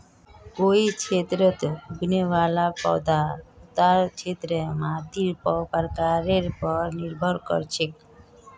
कोई क्षेत्रत उगने वाला पौधार उता क्षेत्रेर मातीर प्रकारेर पर निर्भर कर छेक